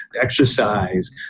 exercise